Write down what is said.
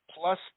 plus